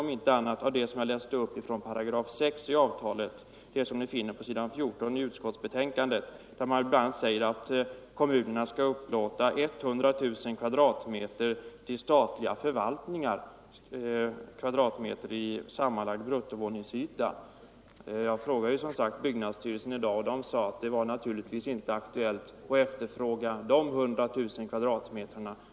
Om inte annat så framgår det av vad jag läste upp ur § 6 i avtalet som vi finner på s.14 i utskottsbetänkandet, där man bl.a. säger att kommunerna skall upplåta 100 000 m' sammanlagd bruttovåningsyta till statliga förvaltningar. Jag frågade som sagt byggnadsstyrelsen i dag och fick till svar att det naturligtvis inte var aktuellt att efterfråga dessa 100 000 m'.